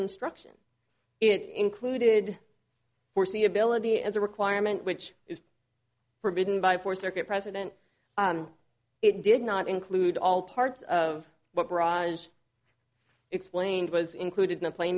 instruction it included foreseeability as a requirement which is forbidden by for circuit president it did not include all parts of what raj explained was included in a pla